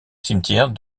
cimetière